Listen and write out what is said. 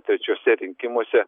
trečiuose rinkimuose